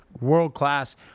world-class